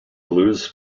blues